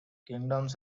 kingdoms